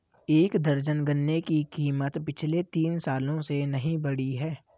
एक दर्जन गन्ने की कीमत पिछले तीन सालों से नही बढ़ी है